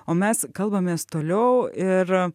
o mes kalbamės toliau ir